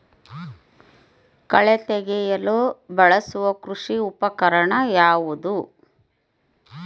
ಕಳೆ ತೆಗೆಯಲು ಬಳಸುವ ಕೃಷಿ ಉಪಕರಣ ಯಾವುದು?